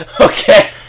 Okay